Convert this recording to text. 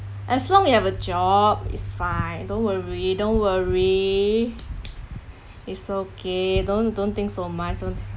as long you have a job is fine don't worry don't worry it's okay don't don't think so much don't